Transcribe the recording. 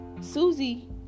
Susie